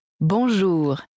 Bonjour